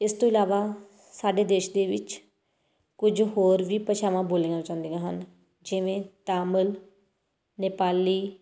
ਇਸ ਤੋਂ ਇਲਾਵਾ ਸਾਡੇ ਦੇਸ਼ ਦੇ ਵਿੱਚ ਕੁਝ ਹੋਰ ਵੀ ਭਾਸ਼ਾਵਾਂ ਬੋਲੀਆਂ ਜਾਂਦੀਆਂ ਹਨ ਜਿਵੇਂ ਤਮਿਲ ਨੇਪਾਲੀ